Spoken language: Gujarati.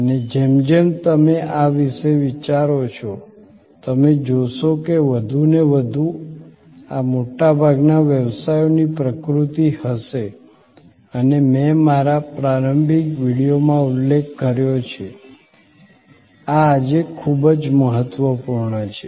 અને જેમ જેમ તમે આ વિશે વિચારો છો તમે જોશો કે વધુને વધુ આ મોટાભાગના વ્યવસાયોની પ્રકૃતિ હશે અને મેં મારા પ્રારંભિક વિડિયોમાં ઉલ્લેખ કર્યો છે આ આજે ખૂબ જ મહત્વપૂર્ણ છે